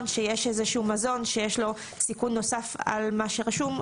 שיש איזה שהוא מזון שיש לו סיכון נוסף על מה שרשום,